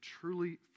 truly